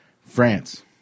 France